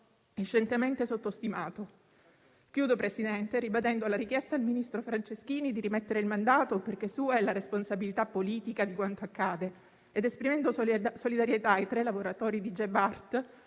è scientemente sottostimato. Concludo, Presidente, ribadendo la richiesta al ministro Franceschini di rimettere il mandato, perché sua è la responsabilità politica di quanto accade ed esprimendo solidarietà ai tre lavoratori di Gebart